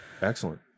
Excellent